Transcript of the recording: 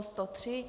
103.